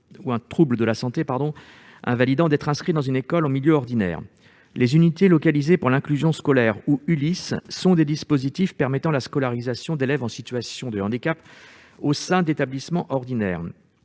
ou un trouble de la santé invalidant d'être inscrit dans une école en milieu ordinaire ». Les unités localisées pour l'inclusion scolaire (ULIS) sont des dispositifs permettant la scolarisation d'élèves en situation de handicap au sein d'établissements scolaires